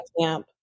camp